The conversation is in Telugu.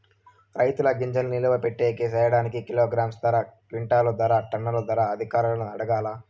రైతుల గింజల్ని నిలువ పెట్టేకి సేయడానికి కిలోగ్రామ్ ధర, క్వింటాలు ధర, టన్నుల ధరలు అధికారులను అడగాలా?